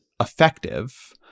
effective